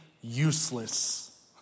useless